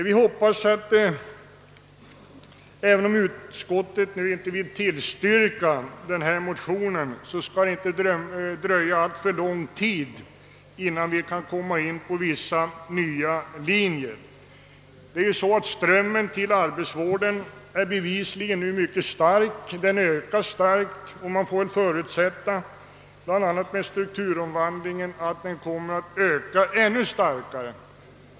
Vi hoppas att det, även om utskottet nu inte vill tillstyrka motionen, inte skall dröja alltför lång tid innan vi kan komma in på nya linjer. Strömmen till arbetsvården är ju bevisligen mycket stark och ökar kraftigt, och det kan förutsättas — bl.a. med hänsyn till strukturomvandlingen — att den kommer att öka ännu kraftigare.